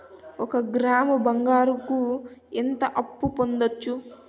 ఒక గ్రాము బంగారంకు ఎంత అప్పు పొందొచ్చు